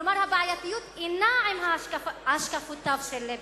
כלומר הבעייתיות אינה עם השקפותיו של ליברמן,